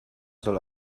soll